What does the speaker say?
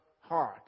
heart